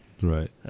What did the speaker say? Right